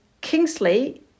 Kingsley